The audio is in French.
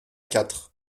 quatre